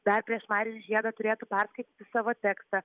dar prieš marijų žiedą turėtų perskaityti savo tekstą